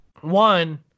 One